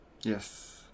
Yes